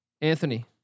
Anthony